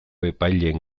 epaileen